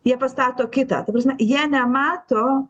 jie pastato kitą ta prasme jie nemato